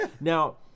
Now